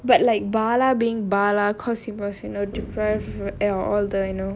but like bala being bala because he was you know deprived f~ all the you know